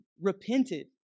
repented